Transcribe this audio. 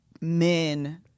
men